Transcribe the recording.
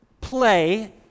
play